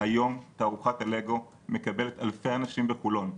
היום תערוכת הלגו מקבלת אלפי אנשים בחולון,